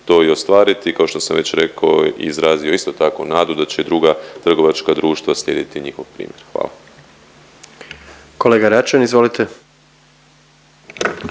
to i ostvariti. Kao što sam već rekao i izrazio isto tako nadu da će druga trvovačka društva slijediti njihov primjer. Hvala. **Jandroković,